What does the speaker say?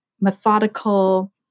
methodical